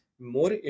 more